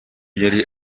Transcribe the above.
yari